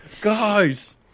guys